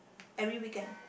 every weekend